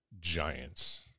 Giants